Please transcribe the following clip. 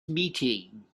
meeting